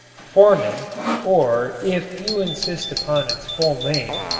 formin or, if you insist upon its full name,